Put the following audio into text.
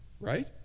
right